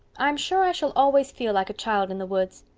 i'm sure i shall always feel like a child in the woods.